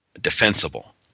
defensible